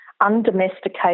undomesticated